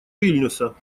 вильнюса